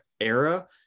era